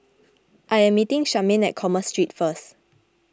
I am meeting Charmaine at Commerce Street first